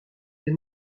des